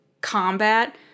combat